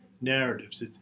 narratives